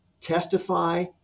testify